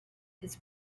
his